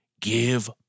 Give